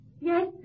Yes